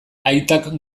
aitak